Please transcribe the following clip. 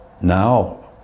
now